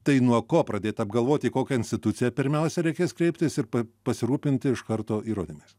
tai nuo ko pradėt apgalvoti kokią instituciją pirmiausia reikės kreiptis ir pa pasirūpinti iš karto įrodymais